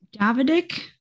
Davidic